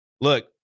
Look